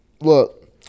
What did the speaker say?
look